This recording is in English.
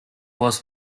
was